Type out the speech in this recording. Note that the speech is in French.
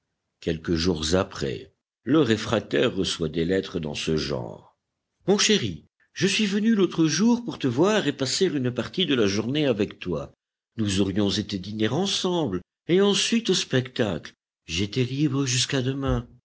quelques jours après le réfractaire reçoit des lettres dans ce genre mon chéri je suis venue l'autre jour pour te voir et passer une partie de la journée avec toi nous aurions été dîner ensemble et ensuite au spectacle j'étais libre jusqu'à demain